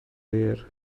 wir